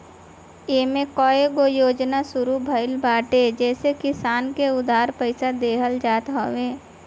इमे कईगो योजना शुरू भइल बाटे जेसे किसान के उधार पईसा देहल जात हवे